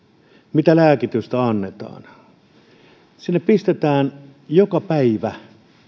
mitä annetaan sinne pistetään joka päivä